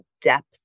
depth